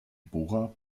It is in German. bohrer